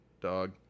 Dog